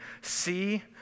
see